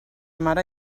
mare